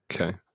Okay